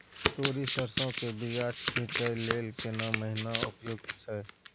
तोरी, सरसो के बीया छींटै लेल केना महीना उपयुक्त छै?